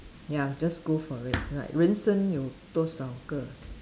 ya just go for it right 人生有多少个